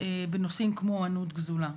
בנושאים כמו לאומנות גזולה.